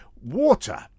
Water